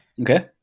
Okay